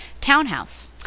townhouse